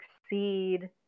succeed